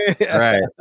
Right